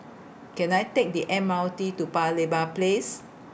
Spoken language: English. Can I Take The M R T to Paya Lebar Place